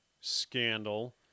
scandal